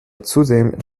zudem